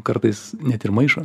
kartais net ir maišo